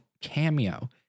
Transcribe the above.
Cameo